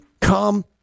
come